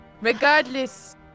Regardless